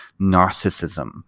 narcissism